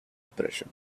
depression